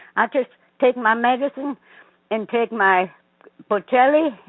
ah just take my medicine and take my bocelli.